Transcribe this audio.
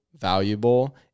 valuable